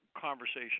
conversation